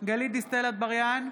גלית דיסטל אטבריאן,